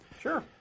Sure